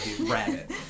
rabbit